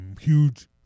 huge